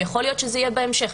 יכול להיות שזה יהיה בהמשך,